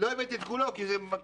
לא הבאת את הכול כי הוא מוגבל.